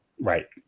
right